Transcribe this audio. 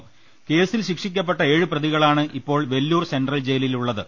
ദിവസം കേസിൽ ശിക്ഷിക്കപ്പെട്ട ഏഴ് പ്രതികളാണ് ഇപ്പോൾ വെല്ലൂർ സെൻട്രൽ ജയിലിലുള്ളത്